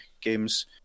games